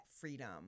freedom